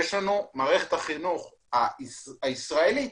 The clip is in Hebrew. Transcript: מערכת החינוך הישראלית